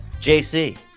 JC